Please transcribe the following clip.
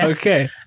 Okay